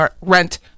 rent